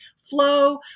Flow